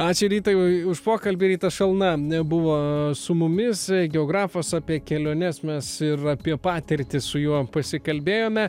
ačiū rytai už pokalbį rytas šalna buvo su mumis geografas apie keliones mes ir apie patirtį su juo pasikalbėjome